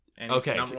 Okay